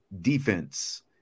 defense